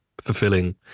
fulfilling